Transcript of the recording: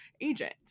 Agent